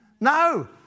No